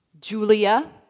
Julia